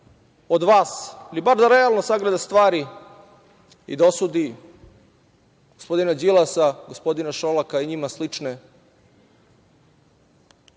od vas, ili bar da realno sagleda stvari i da osudi gospodina Đilasa, gospodina Šolaka i njima slične,